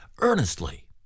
earnestly